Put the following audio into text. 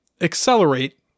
Accelerate